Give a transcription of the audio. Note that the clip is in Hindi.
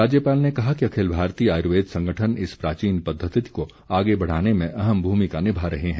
राज्यपाल ने कहा कि अखिल भारतीय आयुर्वेद संगठन इस प्राचीन पद्धति को आगे बढ़ाने में अहम भूमिका निभा रहे हैं